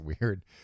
weird